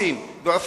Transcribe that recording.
להרוס.